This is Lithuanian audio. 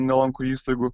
nelanko įstaigų